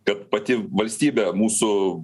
kad pati valstybė mūsų